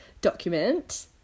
document